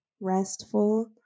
restful